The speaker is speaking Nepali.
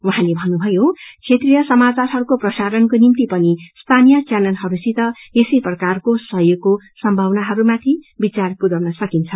उहाँले भन्नुभयो क्षेत्रिय समाचारहरूको प्रसारणको निम्ति पनि स्थानीय चैनलहरूसित यसै प्रकारको सहयोगको सम्भावनाहरूमाथि विचार गर्न सकिनेछ